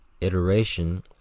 iteration